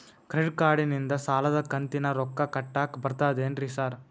Credit ಕಾರ್ಡನಿಂದ ಸಾಲದ ಕಂತಿನ ರೊಕ್ಕಾ ಕಟ್ಟಾಕ್ ಬರ್ತಾದೇನ್ರಿ ಸಾರ್?